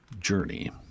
journey